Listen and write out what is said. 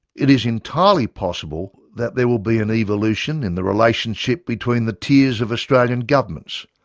it is entirely possible that there will be an evolution in the relationship between the tiers of australian governments,